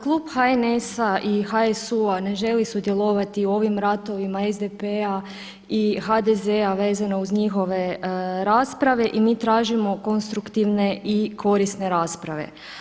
Kluba HNS-a i HSU-a ne želi sudjelovati u ovim ratovima SDP-a i HDZ-a vezano uz njihove rasprave i mi tražimo konstruktivne i korisne rasprava.